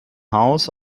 haus